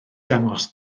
dangos